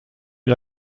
est